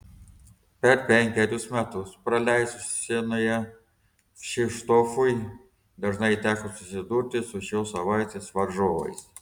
per penkerius metus praleistus sienoje kšištofui dažnai teko susidurti su šios savaitės varžovais